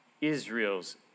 Israel's